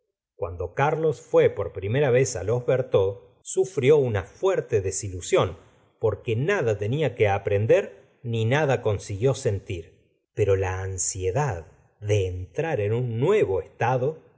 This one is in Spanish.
cuando carlos fué por primera vez los bertaux sufrió una fuerte desilusión porque nada tenía que aprender ni nada consiguió sentir pero la ansiedad de entrar en un nuevo estado